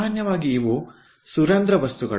ಸಾಮಾನ್ಯವಾಗಿ ಇವು ಸರಂಧ್ರ ವಸ್ತುಗಳು